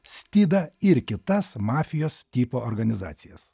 stidą ir kitas mafijos tipo organizacijas